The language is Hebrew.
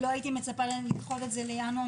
לא הייתי מצפה לדחות את זה לינואר,